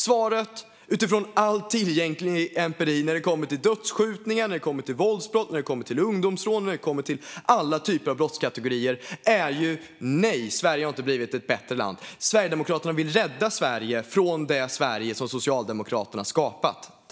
Svaret utifrån all tillgänglig empiri när det kommer till dödsskjutningar, våldsbrott, ungdomsrån och alla typer av brottskategorier är: Nej, Sverige har inte blivit ett bättre land. Sverigedemokraterna vill rädda Sverige från det Sverige som Socialdemokraterna skapat.